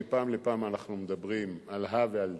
מפעם לפעם אנחנו מדברים על הא ועל דא,